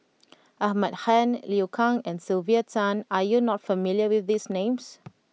Ahmad Khan Liu Kang and Sylvia Tan are you not familiar with these names